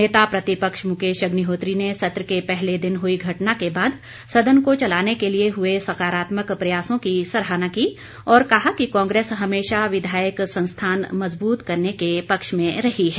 नेता प्रतिपक्ष मुकेश अग्निहोत्री ने सत्र के पहले दिन हुई घटना के बाद सदन को चलाने के लिए हुए सकारात्मक प्रयासों की सराहना की और कहा कि कांग्रेस हमेशा विधायक संस्थान मजबूत करने के पक्ष में रही है